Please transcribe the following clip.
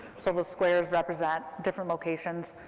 so those squares represent different locations.